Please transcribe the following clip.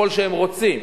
ככל שהם רוצים.